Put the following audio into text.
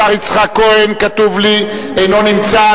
השר יצחק כהן, כתוב לי, אינו נמצא.